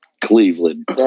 Cleveland